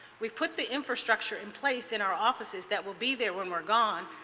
we put the infrastructure in place in our offices that will be there when we are gone.